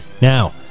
Now